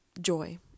joy